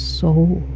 soul